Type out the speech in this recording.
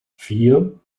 vier